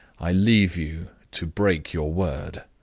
i leave you to break your word.